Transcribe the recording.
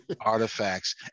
artifacts